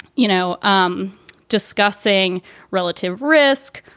you know, um discussing relative risk,